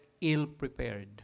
ill-prepared